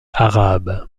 arabe